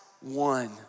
one